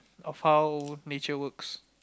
of how nature works